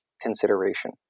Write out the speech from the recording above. consideration